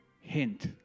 hint